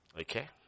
Okay